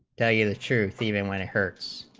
tell you the truth even when it hurts